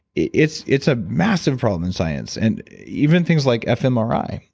it's it's a massive problem in science. and even things like fmri,